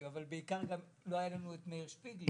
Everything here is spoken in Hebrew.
ובעיקר לא תמיד יהיה לנו את מאיר שפיגלר.